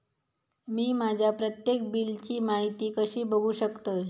मी माझ्या प्रत्येक बिलची माहिती कशी बघू शकतय?